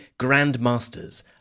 grandmasters